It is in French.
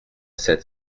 sept